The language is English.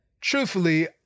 truthfully